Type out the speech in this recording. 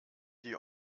die